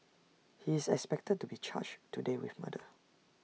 he is expected to be charged today with murder